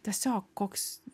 tiesiog koks